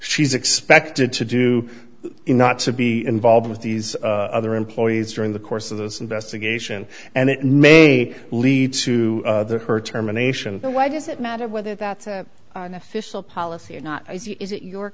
she's expected to do in not to be involved with these other employees during the course of this investigation and it may lead to her terminations why does it matter whether that's a official policy or not is it your